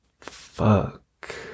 Fuck